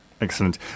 Excellent